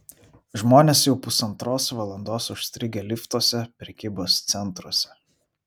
žmonės jau pusantros valandos užstrigę liftuose prekybos centruose